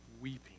weeping